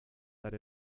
that